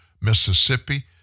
Mississippi